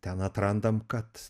ten atrandam kad